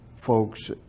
folks